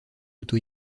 auto